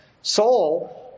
soul